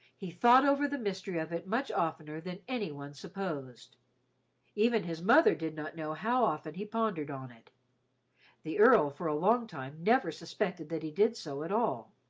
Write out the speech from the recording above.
he thought over the mystery of it much oftener than any one supposed even his mother did not know how often he pondered on it the earl for a long time never suspected that he did so at all.